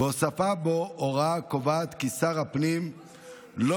והוספה בו הוראה הקובעת כי שר הפנים לא